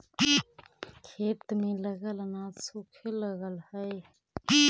खेत में लगल अनाज सूखे लगऽ हई